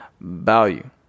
value